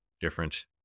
different